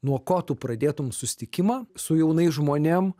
nuo ko tu pradėtum susitikimą su jaunais žmonėm